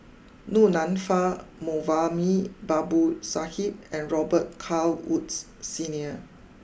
Du Nanfa Moulavi Babu Sahib and Robet Carr Woods Senior